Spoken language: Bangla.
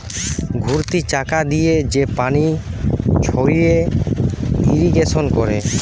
ঘুরতি চাকা দিয়ে যে পানি ছড়িয়ে ইরিগেশন করে